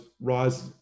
rise